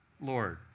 Lord